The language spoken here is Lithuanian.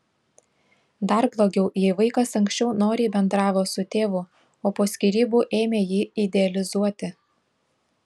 dar blogiau jei vaikas anksčiau noriai bendravo su tėvu o po skyrybų ėmė jį idealizuoti